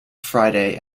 friday